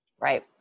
Right